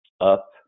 up